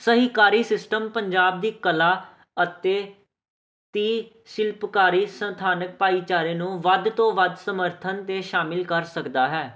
ਸਹਿਕਾਰੀ ਸਿਸਟਮ ਪੰਜਾਬ ਦੀ ਕਲਾ ਅਤੇ ਦੀ ਸ਼ਿਲਪਕਾਰੀ ਸਥਾਨਕ ਭਾਈਚਾਰੇ ਨੂੰ ਵੱਧ ਤੋਂ ਵੱਧ ਸਮਰਥਨ 'ਤੇ ਸ਼ਾਮਿਲ ਕਰ ਸਕਦਾ ਹੈ